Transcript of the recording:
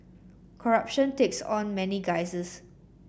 corruption takes on many guises